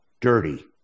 dirty